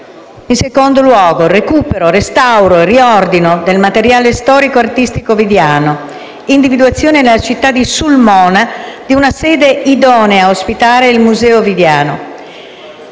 opera; il recupero, restauro e riordino del materiale storico e artistico ovidiano; l'individuazione nella città di Sulmona di una sede idonea a ospitare il museo ovidiano;